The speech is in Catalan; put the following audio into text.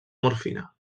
morfina